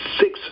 six